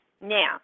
Now